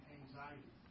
anxiety